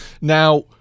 Now